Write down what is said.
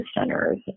centers